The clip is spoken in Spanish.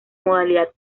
modalidad